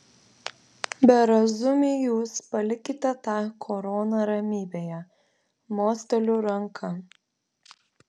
berazumiai jūs palikite tą koroną ramybėje mosteliu ranka